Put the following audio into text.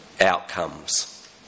outcomes